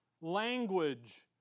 language